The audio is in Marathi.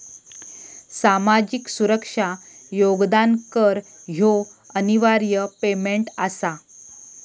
सामाजिक सुरक्षा योगदान कर ह्यो अनिवार्य पेमेंट आसा